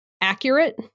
accurate